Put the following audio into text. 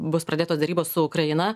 bus pradėtos derybos su ukraina